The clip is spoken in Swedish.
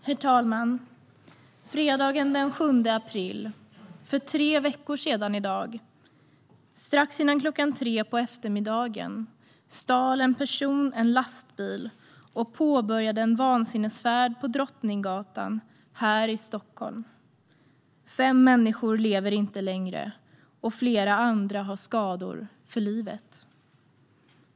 Herr talman! Fredagen den 7 april, för tre veckor sedan i dag, strax före klockan tre på eftermiddagen stal en person en lastbil och påbörjade en vansinnesfärd på Drottninggatan här i Stockholm. Fem människor lever inte längre, och flera andra har skador för livet.